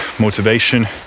motivation